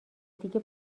دیگه